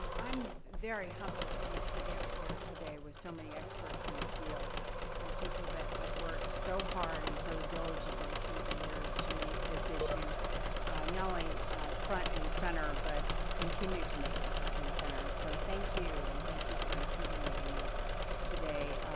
i'm very humbled to be sitting up here today with so many experts in the field and people that have worked so hard and so diligently through the years to make this issue not only front and center but continue to make it front and center. so thank you and thank you for including me in this today.